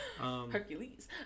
Hercules